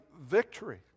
victory